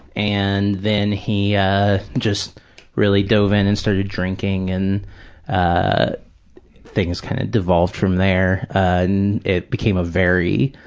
and then he just really dove in and started drinking and ah things kind of devolved from there. and it became a very